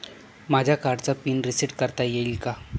माझ्या कार्डचा PIN reset करता येईल का?